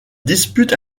dispute